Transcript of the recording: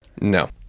No